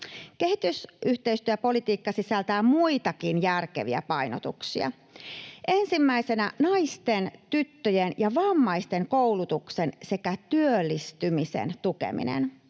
Kehitysyhteistyöpolitiikka sisältää muitakin järkeviä painotuksia — ensimmäisenä naisten, tyttöjen ja vammaisten koulutuksen sekä työllistymisen tukemisen,